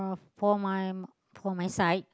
for my for my side